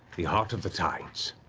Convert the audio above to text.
the heart of the tides.